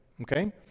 Okay